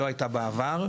לא הייתה בעבר,